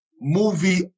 movie